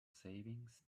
savings